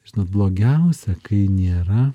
žinot blogiausia kai nėra